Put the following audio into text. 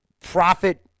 profit